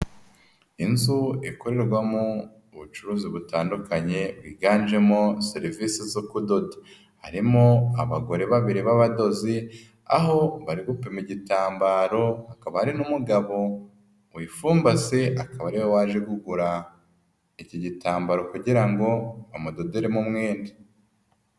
Inzu ikorerwamo ubucuruzi butandukanye bwiganjemo serivisi zo kudoda, harimo abagore babiri b'abadozi aho bari gupima igitambaro, hakaba harimo umugabo wifumbase akaba ari we waje kugura iki gitambaro kugira ngo bamudoderemo umwenda.